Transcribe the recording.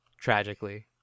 Tragically